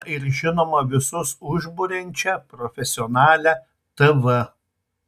na ir žinoma visus užburiančią profesionalią tv